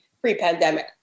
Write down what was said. pre-pandemic